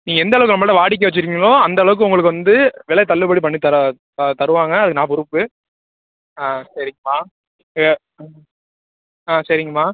நீங்கள் எந்தளவுக்கு நம்மகிட்ட வாடிக்கை வைச்சுருக்கீங்களோ அந்தளவுக்கு உங்களுக்கு வந்து விலை தள்ளுபடி பண்ணித் தர தருவாங்க அதுக்கு நான் பொறுப்பு ஆ சரிங்கம்மா ம் ஆ சரிங்கம்மா